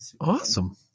Awesome